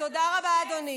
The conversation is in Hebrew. תודה רבה, אדוני.